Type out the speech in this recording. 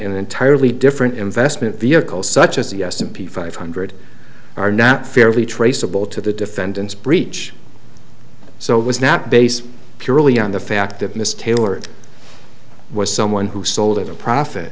entirely different investment vehicles such as the s and p five hundred are not fairly traceable to the defendants breach so it was not based purely on the fact of miss taylor was someone who sold at a profit